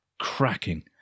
Cracking